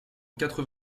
quatre